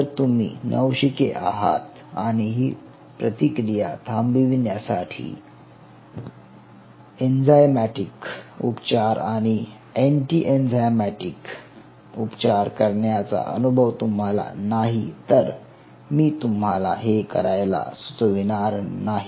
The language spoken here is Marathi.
जर तुम्ही नवशिके आहात आणि ही प्रतिक्रिया थांबविण्यासाठी एंजाइमॅटिक उपचार आणि एंटी एंझाइमॅटिक उपचार करण्याचा अनुभव तुम्हाला नाही तर मी तुम्हाला हे करायला सुचवणार नाही